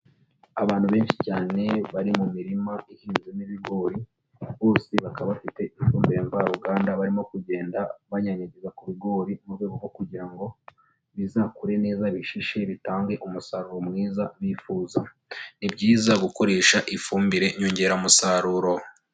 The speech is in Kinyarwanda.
Abantu benshi cyane bari mu mirima ihinzemo ibigori, bose bakaba bafite ifumbire mvaruganda barimo kugenda banyanyagiza ku bigori, mu rwego rwo kugira ngo bizakure neza bishishe bitange umusaruro mwiza bifuza, ni byiza gukoresha ifumbire nyongeramusaruro.